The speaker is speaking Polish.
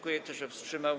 Kto się wstrzymał?